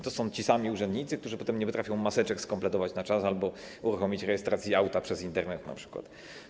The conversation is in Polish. To są ci sami urzędnicy, którzy potem nie potrafią maseczek skompletować na czas albo uruchomić rejestracji auta przez Internet na przykład.